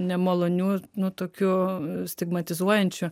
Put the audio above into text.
nemalonių nu tokių stigmatizuojančių